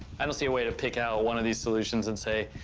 i don't see a way to pick out one of these solutions and say,